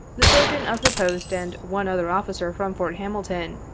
the surgeon of the post and one other officer from fort hamilton,